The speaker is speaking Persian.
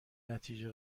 نتیجه